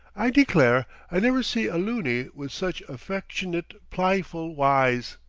i declare i never see a loony with such affecsh'nit, pl'yful wyes!